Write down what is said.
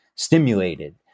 stimulated